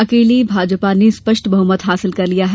अकेले भाजपा ने स्पष्ट बहुमत हासिल कर लिया है